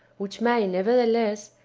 which may, nevertheless,